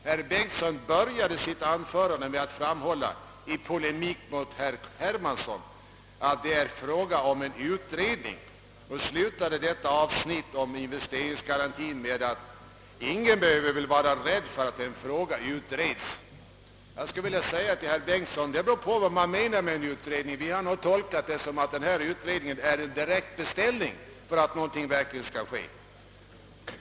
Herr Bengtsson började sitt anförande med att i polemik mot herr Hermansson framhålla, att det här är fråga om en utredning och slutade avsnittet om investeringsgarantin med att säga att ingen behöver vara rädd för att en fråga utreds. Jag skulle vilja säga till herr Bengtsson att det beror på vad man i detta sammanhang menar med utredning. Vi har nog tolkat det så, att denna utredning är en direkt beställning för att någonting verkligen skall ske.